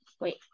Wait